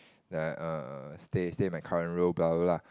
err stay stay in my current role blah blah blah